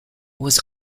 was